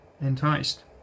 enticed